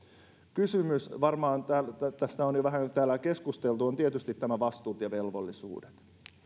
kysymys varmaan tästä on jo vähän täällä keskusteltu on tietysti nämä vastuut ja velvollisuudet